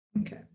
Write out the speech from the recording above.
Okay